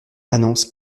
annonce